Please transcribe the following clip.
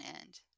end